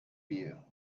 view